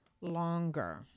longer